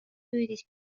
püüdis